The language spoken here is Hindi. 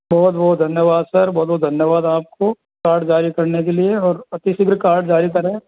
बहुत बहुत धन्यवाद सर बहुत बहुत धन्यवाद आपको कार्ड जारी करने के लिए और अति शीघ्र कार्ड जारी करें